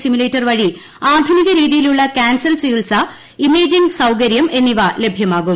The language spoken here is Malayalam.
സിമുലേറ്റർ വഴി ആധുനിക രീതിയിലുള്ള കാൻസർ ചികിത്സ ഇമേജിംഗ് സൌകര്യം എന്നിവ ലഭ്യമാകും